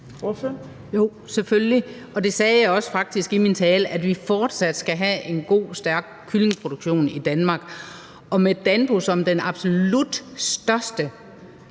Jo, selvfølgelig, og det sagde jeg faktisk også i min tale. Vi skal fortsat have en god, stærk kyllingeproduktion i Danmark, og med Danpo som den absolut største